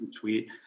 tweet